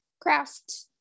craft